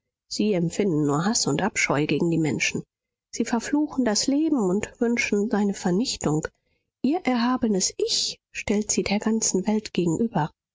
sie empfinden nur haß und abscheu gegen die menschen sie verfluchen das leben und wünschen seine vernichtung ihr erhabenes ich stellen sie der ganzen welt gegenüber